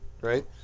right